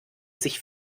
sich